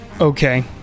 Okay